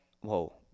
Whoa